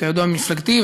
כידוע ממפלגתי,